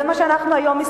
זה מה שאנחנו היום,